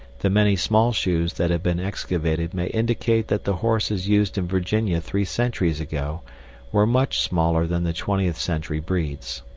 the many small shoes that have been excavated may indicate that the horses used in virginia three centuries ago were much smaller than the twentieth century breeds.